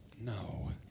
no